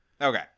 Okay